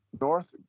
north